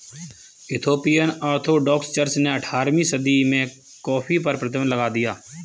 Ethiopian Orthodox church ने अठारहवीं सदी में कॉफ़ी पर प्रतिबन्ध लगा दिया